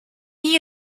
hie